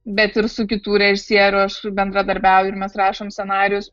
bet ir su kitų režisierių aš bendradarbiauju ir mes rašom scenarijus